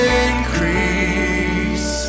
increase